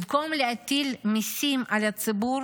במקום להטיל מיסים על הציבור